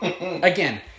Again